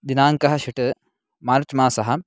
दिनाङ्कः षट् मार्च् मासः